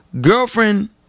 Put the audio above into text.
girlfriend